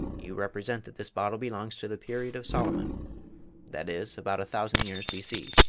you represent that this bottle belongs to the period of solomon that is, about a thousand years b c.